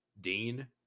Dean